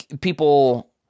People